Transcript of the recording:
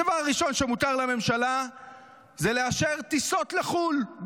הדבר הראשון שמותר לממשלה זה לאשר טיסות לחו"ל,